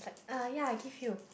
he was like uh ya I give you